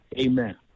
amen